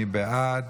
מי בעד?